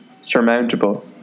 Surmountable